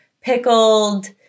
pickled